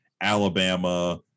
Alabama